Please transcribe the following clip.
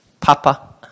papa